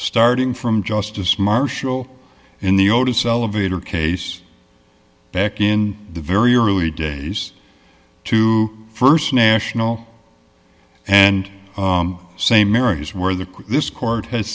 starting from justice marshall in the otis elevator case back in the very early days to st national and same areas where the this court has